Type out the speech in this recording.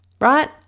right